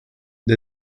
the